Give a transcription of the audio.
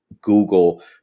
Google